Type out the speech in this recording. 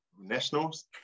nationals